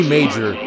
Major